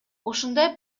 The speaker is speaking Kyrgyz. ушундай